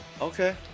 Okay